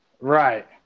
Right